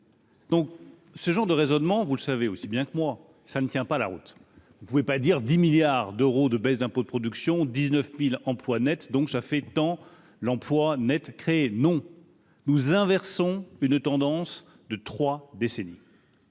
Donc ce genre de raisonnement, vous le savez aussi bien que moi, ça ne tient pas la route, vous ne pouvez pas dire 10 milliards d'euros de baisses d'impôts de production 19000 emplois nets, donc ça fait tant l'emplois nets créés non nous inversons une tendance de 3 décennies.